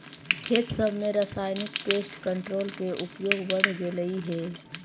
खेत सब में रासायनिक पेस्ट कंट्रोल के उपयोग बढ़ गेलई हे